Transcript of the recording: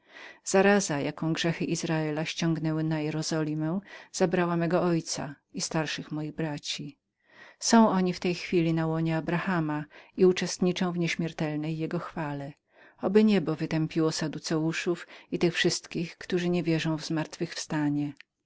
zaraza jaką grzechy izrasla ściągnęły na jerozolimę zabrała mego ojca i starszych moich braci są oni w tej chwili na łonie abrahama i uczestniczą w nieśmiertelnej jego chwale oby niebo wytępiło saduceuszów i tych wszystkich którzy nie wierzą w zmartwychwstanie